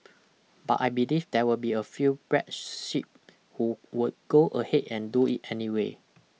but I believe there will be a few black sheep who would go ahead and do it anyway